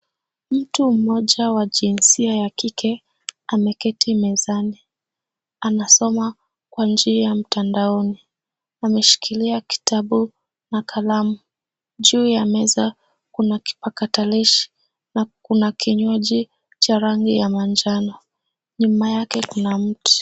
Mtu mmoja wa jinsia ya kike ameketi mezani. Anasoma kwa njia ya mtandaoni. Ameshikilia kitabu na kalamu juu ya meza kuna kipakatalishi na kuna kinywaji cha rangi ya manjano nyuma yake kuna mti.